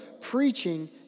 preaching